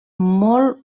molt